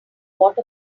what